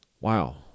wow